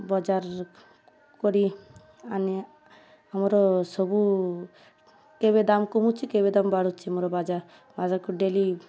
ବଜାର କରି ଆଣେ ଆମର ସବୁ କେବେ ଦାମ୍ କମୁଛି କେବେ ଦମ୍ ବଢୁଛି ମୋର ବାଜା ବାଜାରକୁ ଡେଲି